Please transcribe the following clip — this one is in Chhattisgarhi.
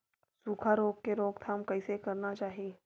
सुखा रोग के रोकथाम कइसे करना चाही?